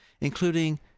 including